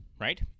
right